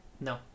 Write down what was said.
No